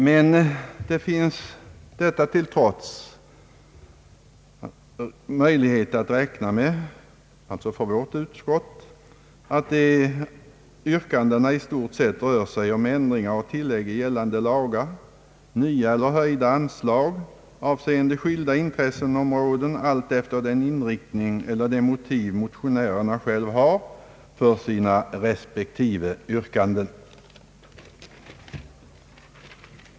Men det finns trots detta möjlighet för vårt utskott att räkna med att yrkandena i stort sett rör sig om ändring i gällande lagar och nya eller höjda anslag avseende skilda intresseområden allt efter den inriktning motionerna har eller de motiv motionärerna själva anfört för sina respektive yrkanden.